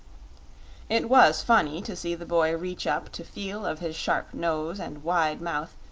it was funny to see the boy reach up to feel of his sharp nose and wide mouth,